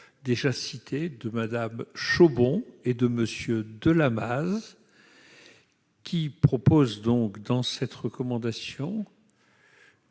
déjà cité de Madame Chow bon et de monsieur de la base qui propose donc dans cette recommandation.